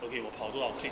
okay 我跑多少 click